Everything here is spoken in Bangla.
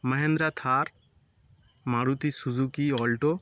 Mahindra Thar Maruti Suzuki Alto